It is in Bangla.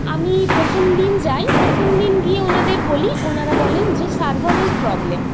আমি প্রথমদিন যাই প্রথমদিন গিয়ে ওনাদের বলি ওঁরা বলেন যে সার্ভারের প্রবলেম